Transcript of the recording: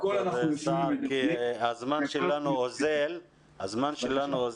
אנחנו נסתפק בזה כי הזמן שלנו אוזל ויש